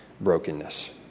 brokenness